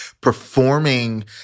performing